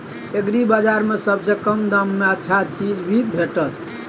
एग्रीबाजार में सबसे कम दाम में अच्छा चीज की भेटत?